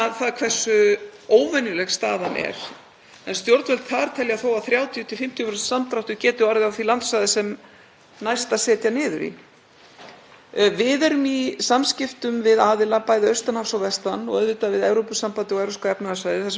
Við erum í samskiptum við aðila bæði austan hafs og vestan og auðvitað við Evrópusambandið og Evrópska efnahagssvæðið þar sem upplýsingum er miðlað og því mun verða haldið áfram. En ég vil árétta það hér undir þessum lið að það er ekkert sem bendir til þess að fæðuöryggi